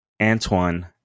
Antoine